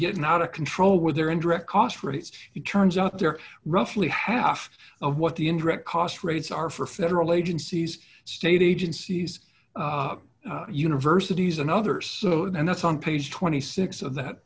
getting out of control with their indirect costs rates it turns out they're roughly half of what the indirect cost rates are for federal agencies state agencies universities and others so that's on page twenty six of that